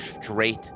straight